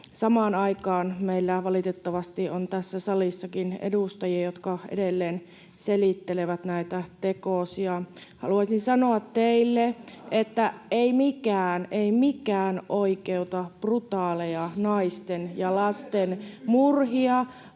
Samaan aikaan meillä valitettavasti on tässä salissakin edustajia, jotka edelleen selittelevät näitä tekosia. Haluaisin sanoa teille, että ei mikään, [Välihuutoja vasemmalta —